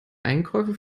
einkäufe